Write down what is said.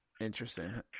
interesting